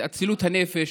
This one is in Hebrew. את אצילות הנפש,